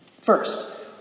First